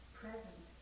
present